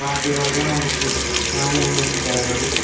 వాటి వల్ల మనకు హాని అనేది జరగదు